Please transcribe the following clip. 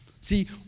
See